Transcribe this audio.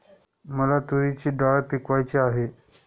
मला तूरीची डाळ पिकवायची आहे